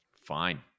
fine